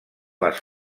les